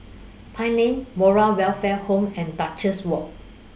Pine Lane Moral Welfare Home and Duchess Walk